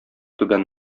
түбән